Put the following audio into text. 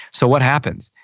so what happens?